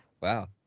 Wow